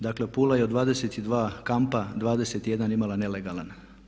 Dakle, Pula je od 22 kampa 21 imala nelegalan.